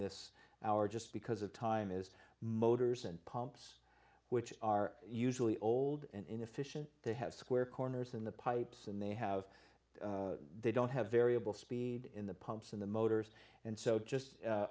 this hour just because of time is motors and pumps which are usually old and inefficient they have square corners in the pipes and they have they don't have variable speed in the pumps in the motors and so just